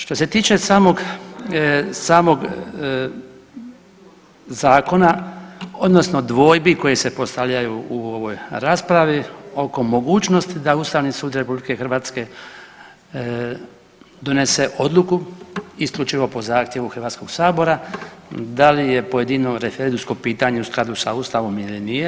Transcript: Što se tiče samog zakona odnosno dvojbi koje se postavljaju u ovoj raspravi oko mogućnosti da Ustavni sud RH donese odluku isključivo po zahtjevu HS-a da li je pojedino referendumsko pitanje u skladu sa Ustavom ili nije.